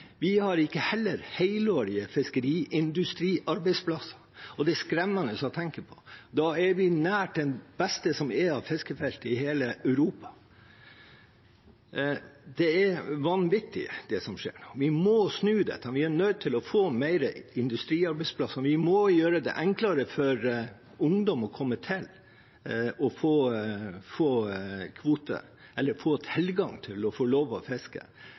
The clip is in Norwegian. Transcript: vi har heller ikke helårige fiskeriindustriarbeidsplasser, og det er skremmende å tenke på. Da er vi nær det beste som er av fiskefelt i hele Europa. Det er vanvittig, det som skjer nå. Vi må snu dette. Vi er nødt til å få flere industriarbeidsplasser. Vi må gjøre det enklere for ungdom å komme til, å få kvote eller få tilgang til å få lov å fiske.